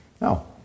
No